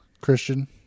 Christian